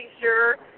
sure